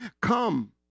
Come